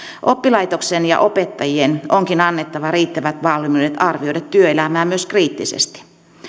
oppilaitoksen ja opettajien onkin annettava riittävät valmiudet arvioida työelämää myös kriittisesti